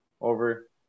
over